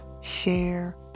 share